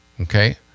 okay